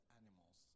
animals